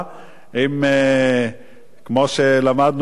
כמו שלמדנו בוועדת הכספים,